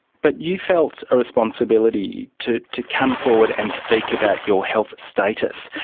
but you felt a responsibility to to come forward and speak about your health status,